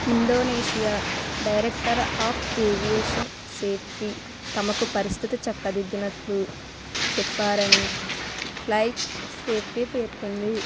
Indonesia director of aviation safety తమకు పరిస్థితి చక్కదిద్దినట్లు చెప్పారని ఫ్లైట్ సేఫ్టీ పేర్కొంది